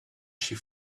she